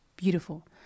beautiful